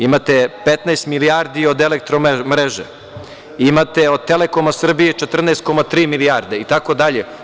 Imate 15 milijardi od „Elektromreže“, imate od „Telekoma Srbije“ 14,3 milijarde itd.